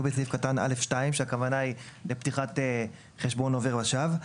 בסעיף קטן (א)(2) כשהכוונה היא לפתיחת חשבון עובר ושב.